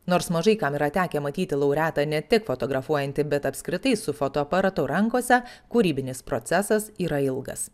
nors mažai kam yra tekę matyti laureatą ne tik fotografuojantį bet apskritai su fotoaparatu rankose kūrybinis procesas yra ilgas